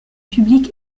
public